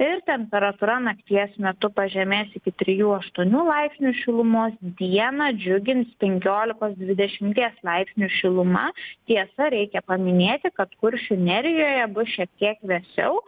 ir temperatūra nakties metu pažemės iki trijų aštuonių laipsnių šilumos dieną džiugins penkiolikos dvidešimties laipsnių šiluma tiesa reikia paminėti kad kuršių nerijoje bus šiek tiek vėsiau